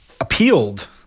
appealed